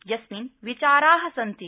यस्मिन् विचारा सन्ति